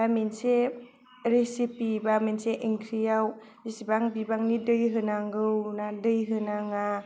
मोनसे रोसिफि बा मोनसे ओंख्रियाव बेसेबां बिबांनि दै होनांगौ ना दै होनाङा